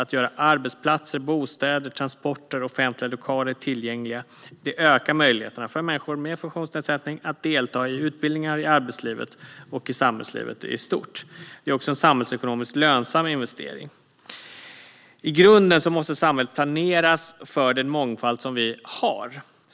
Att göra arbetsplatser, bostäder, transporter och offentliga lokaler tillgängliga ökar möjligheterna för människor funktionsnedsättning att delta i utbildningar, i arbetslivet och i samhällslivet i stort. Det är också en samhällsekonomiskt lönsam investering. I grunden måste samhället planeras efter den mångfald som vi har.